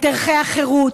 את ערכי החירות,